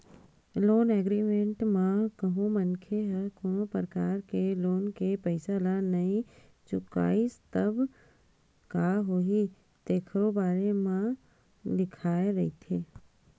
loan agreement म कहूँ मनखे ह कोनो परकार ले लोन के पइसा ल नइ चुकाइस तब का होही तेखरो बारे म लिखाए रहिथे